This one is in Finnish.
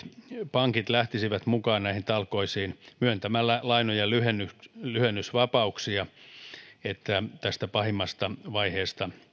pankit lähtisivät mukaan näihin talkoisiin myöntämällä lainojenlyhennysvapauksia että tästä pahimmasta vaiheesta